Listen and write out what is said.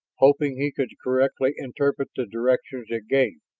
hoping he could correctly interpret the directions it gave.